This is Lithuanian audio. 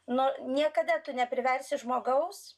nu niekada tu nepriversi žmogaus